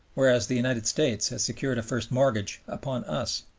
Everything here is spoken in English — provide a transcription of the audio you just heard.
whereas the united states has secured a first mortgage upon us.